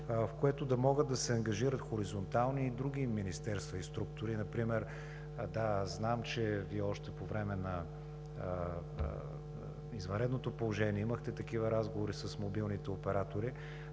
в което да могат да се ангажират хоризонтални и други министерства и структури. Да, знам, че Вие още по времето на извънредното положение имахте такива разговори с мобилните оператори,